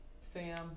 Sam